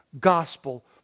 gospel